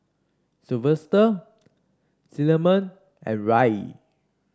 Sylvester Cinnamon and Rae